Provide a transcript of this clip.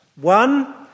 One